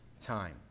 time